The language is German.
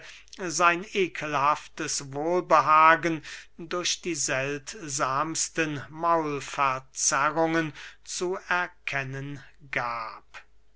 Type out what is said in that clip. sein eselhaftes wohlbehagen durch die seltsamsten maulverzerrungen zu erkennen gab